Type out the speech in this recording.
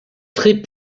très